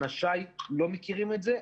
אנשיי לא מכירים את זה.